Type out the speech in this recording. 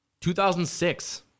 2006